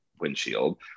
windshield